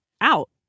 out